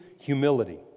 humility